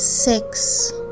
Six